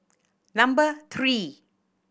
number three